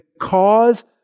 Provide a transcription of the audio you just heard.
cause